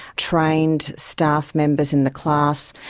trained staff members in the class,